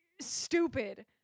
stupid